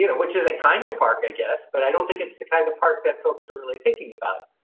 you know which is a kind of park, i guess, but i don't think it's the kind of of part that folks are really thinking about